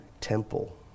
temple